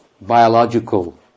biological